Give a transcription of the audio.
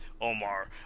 Omar